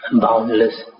boundless